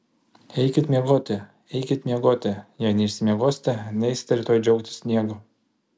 eikit miegoti eikit miegoti jei neišsimiegosite neisite rytoj džiaugtis sniegu